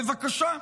בבקשה.